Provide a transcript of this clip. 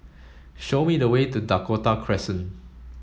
show me the way to Dakota Crescent